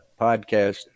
podcast